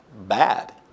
bad